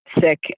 sick